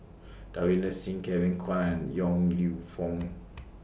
Davinder Singh Kevin Kwan and Yong Lew Foong